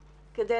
נכון.